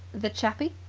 the chappie?